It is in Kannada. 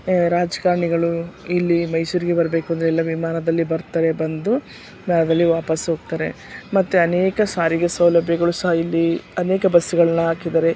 ರಾಜಕಾರ್ಣಿಗಳು ಇಲ್ಲಿ ಮೈಸೂರಿಗೆ ಬರಬೇಕು ಅಂದರೆ ಎಲ್ಲ ವಿಮಾನದಲ್ಲಿ ಬರ್ತಾರೆ ಬಂದು ಆಮೇಲೆ ವಾಪಸ್ಸು ಹೋಗ್ತಾರೆ ಮತ್ತು ಅನೇಕ ಸಾರಿಗೆ ಸೌಲಭ್ಯಗಳು ಸಹ ಇಲ್ಲಿ ಅನೇಕ ಬಸ್ಗಳನ್ನ ಹಾಕಿದ್ದಾರೆ